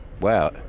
Wow